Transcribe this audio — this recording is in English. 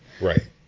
right